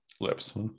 lips